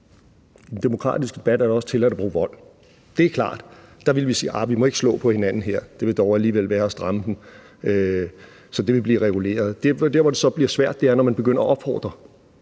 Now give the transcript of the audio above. demokratiske debat også er tilladt at bruge vold. Det er klart, at vi der ville sige: Nej, vi må ikke slå på hinanden, for det ville dog alligevel være at stramme den. Så det ville blive reguleret. Der, hvor det så bliver svært, er, når man begynder at opfordre,